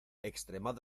extremad